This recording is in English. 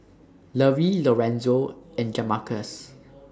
Lovie Lorenzo and Jamarcus